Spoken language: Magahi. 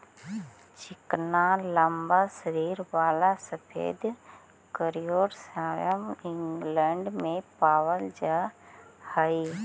चिकना लम्बा शरीर वाला सफेद योर्कशायर इंग्लैण्ड में पावल जा हई